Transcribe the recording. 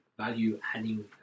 value-adding